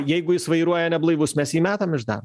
jeigu jis vairuoja neblaivus mes jį metam iš darbo